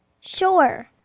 Sure